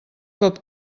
cop